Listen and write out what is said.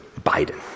Biden